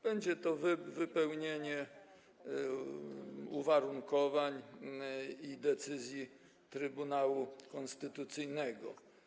Będzie to wypełnienie uwarunkowań i decyzji Trybunału Konstytucyjnego.